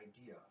idea